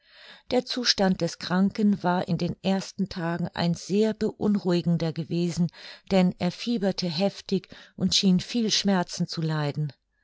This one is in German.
der zustand des kranken war in den ersten tagen ein sehr beunruhigender gewesen denn er fieberte heftig und schien viel schmerzen zu leiden